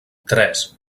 tres